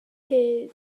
hyd